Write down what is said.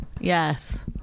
Yes